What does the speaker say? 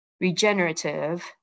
regenerative